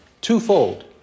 twofold